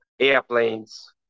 airplanes